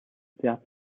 faire